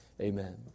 amen